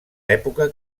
època